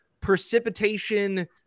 precipitation